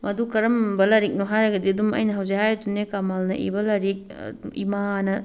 ꯃꯗꯨ ꯀꯔꯝꯕ ꯂꯥꯏꯔꯤꯛꯅꯣ ꯍꯥꯏꯔꯒꯗꯤ ꯑꯗꯨꯝ ꯑꯩꯅ ꯍꯧꯖꯤꯛ ꯍꯥꯏꯔꯤꯗꯨꯅꯦ ꯀꯃꯜꯅ ꯏꯕ ꯂꯥꯏꯔꯤꯛ ꯏꯃꯥꯑꯅ